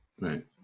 Right